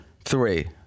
three